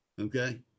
Okay